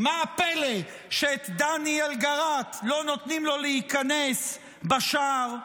מה הפלא שלדני אלגרט לא נותנים להיכנס בשער?